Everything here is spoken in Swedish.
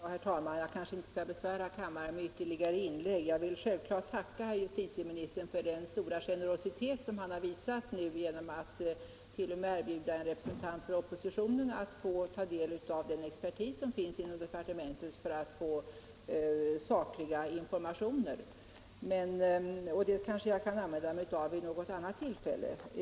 Herr talman! Jag kanske inte skall besvära kammaren med ytterligare inlägg. Jag vill självklart tacka herr justitieministern för den stora generositet som han har visat nu genom attt.o.m. erbjuda en representant för oppositionen att ta del av den expertis som finns inom departementet för att få sakliga informationer. Detta kanske jag kan använda mig av vid något annat tillfälle.